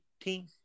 team